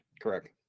Correct